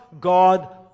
God